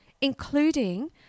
including